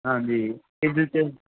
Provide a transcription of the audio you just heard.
ਹਾਂਜੀ ਇਹਦੇ 'ਚ